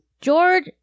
George